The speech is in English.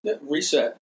Reset